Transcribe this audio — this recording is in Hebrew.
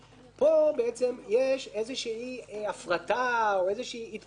פה יש הפרטה או התפרקות